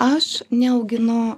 aš neauginu